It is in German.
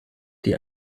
die